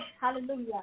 Hallelujah